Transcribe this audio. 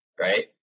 right